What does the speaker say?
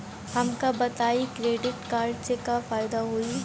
हमका बताई credit card से का फायदा होई?